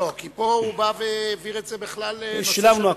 שילבנו הכול.